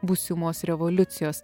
būsimos revoliucijos